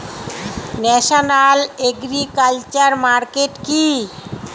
National agriculture market কি?